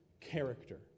character